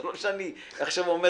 זה לא שאני עכשיו כופה,